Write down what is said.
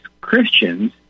Christians